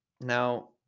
Now